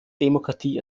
demokratie